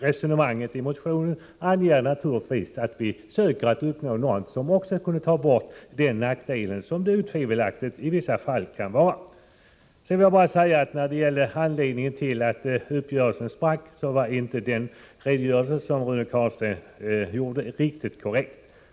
Resonemanget i motionen innebär naturligtvis att vi försöker uppnå något som kunde ta bort också de nackdelar som otvivelaktigt i vissa fall kan uppträda. När det gäller anledningen till att uppgörelsen sprack var inte den redogörelse som Rune Carlstein gjorde riktigt korrekt.